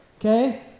okay